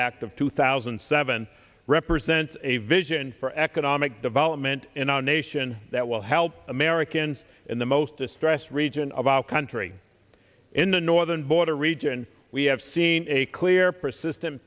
act of two thousand and seven represent a vision for economic development in our nation that will help americans in the most distressed region of our country in the northern border region we have seen a clear persiste